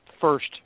first